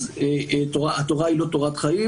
אז התורה היא לא תורת חיים.